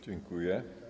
Dziękuję.